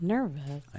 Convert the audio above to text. Nervous